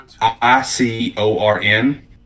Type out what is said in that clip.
I-C-O-R-N